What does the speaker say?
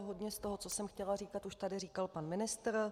Hodně z toho, co jsem chtěla říkat, už tady říkal pan ministr.